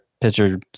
pitcher